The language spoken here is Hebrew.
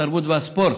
התרבות והספורט,